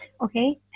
Okay